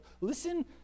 listen